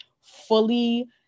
fully